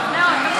מאוד, מאוד.